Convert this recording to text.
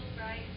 right